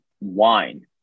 wine